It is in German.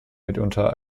mitunter